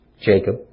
Jacob